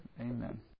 amen